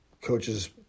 coaches